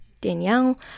Danielle